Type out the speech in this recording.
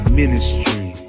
ministry